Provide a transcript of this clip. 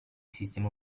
sistema